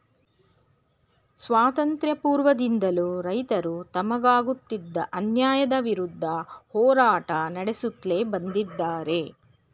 ಸ್ವಾತಂತ್ರ್ಯ ಪೂರ್ವದಿಂದಲೂ ರೈತರು ತಮಗಾಗುತ್ತಿದ್ದ ಅನ್ಯಾಯದ ವಿರುದ್ಧ ಹೋರಾಟ ನಡೆಸುತ್ಲೇ ಬಂದಿದ್ದಾರೆ